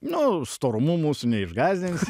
nu storumu mūsų neišgąsdinsi